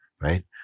right